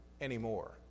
anymore